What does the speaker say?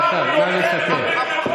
בוא תמשיך.